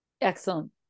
Excellent